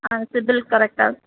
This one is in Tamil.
ஆ சிபில் கரெக்டாக